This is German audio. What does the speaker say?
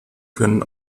können